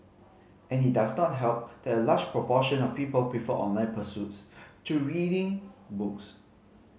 and it does not help that a large proportion of people prefer online pursuits to reading books